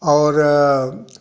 और